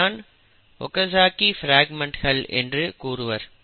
இதை தான் Okazaki fragments என்று கூறுவர்